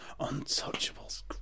Untouchables